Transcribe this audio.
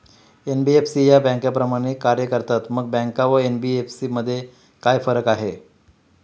NBFC या बँकांप्रमाणेच कार्य करतात, मग बँका व एन.बी.एफ.सी मध्ये काय फरक आहे?